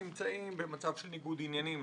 נמצאים במצב של ניגוד עניינים.